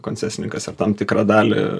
koncesininkas ir tam tikrą dalį